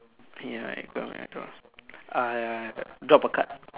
ya uh drop a card